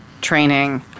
training